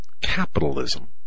capitalism